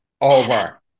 over